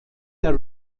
der